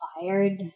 fired